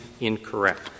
incorrect